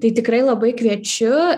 tai tikrai labai kviečiu